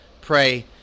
pray